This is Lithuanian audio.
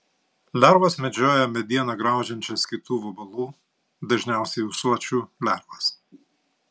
lervos medžioja medieną graužiančias kitų vabalų dažniausiai ūsuočių lervas